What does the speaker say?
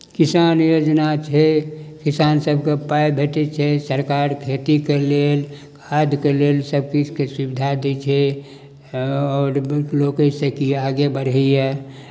किसान योजना छै किसान सभकेँ पाइ भेटै छै सरकार खेतीके लेल खादके लेल सभचीजके सुविधा दैत छै आओर बहुत लोक एहिसँ कि आगे बढ़ैए